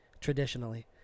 traditionally